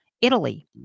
Italy